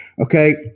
okay